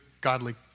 godly